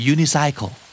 Unicycle